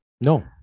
no